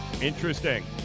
Interesting